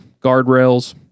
guardrails